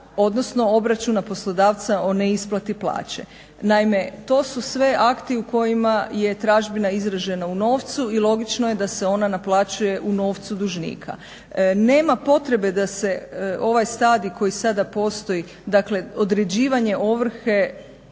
odnosno obračuna poslodavca o neisplati plaće. Naime, to su sve akti u kojima je tražbina izražena u novcu i logično je da se ona naplaćuje u novcu dužnika. Nema potrebe da se ovaj stadij koji sada postoji, dakle određivanje ovrhe